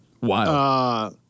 Wow